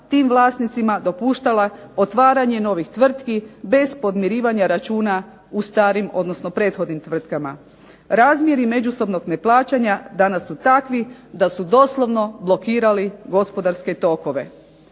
tim vlasnicima dopuštala otvaranje novih tvrtki bez podmirivanja računa u prethodnim tvrtkama. Razmjeri međusobnog neplaćanja danas su takvi da su doslovno blokirali gospodarske tokove.